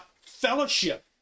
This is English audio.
fellowship